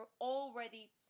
already